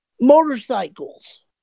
motorcycles